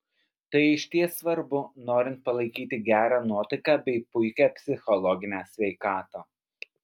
tai išties svarbu norint palaikyti gerą nuotaiką bei puikią psichologinę sveikatą